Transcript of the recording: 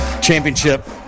championship